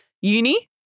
uni